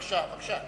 בבקשה.